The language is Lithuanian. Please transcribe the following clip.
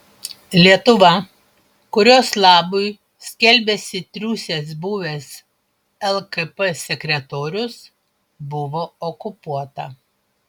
lietuva kurios labui skelbiasi triūsęs buvęs lkp sekretorius buvo okupuota